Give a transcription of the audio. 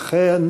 אכן,